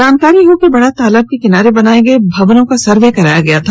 जानकारी हो कि बड़ा तालाब के किनारे बनाये गए भवनों का सर्वे कराया गया था